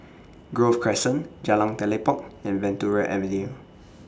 Grove Crescent Jalan Telipok and Venture Avenue